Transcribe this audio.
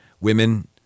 women